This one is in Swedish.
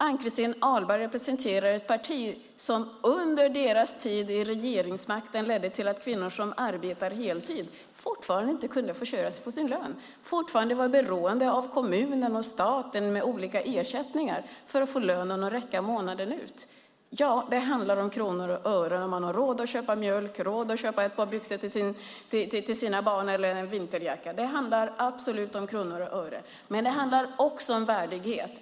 Ann-Christin Ahlberg representerar ett parti som under sin tid vid regeringsmakten bidrog till att kvinnor som arbetade heltid inte kunde försörja sig på sin lön. De var beroende av olika ersättningar från kommun och stat för att få lönen att räcka månaden ut. Det handlar om kronor och ören. Det handlar om huruvida man har råd att köpa mjölk, om man har råd att köpa ett par byxor eller en vinterjacka till sina barn. Det handlar absolut om kronor och ören. Det handlar också om värdighet.